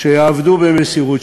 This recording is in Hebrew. שיעבדו במסירות,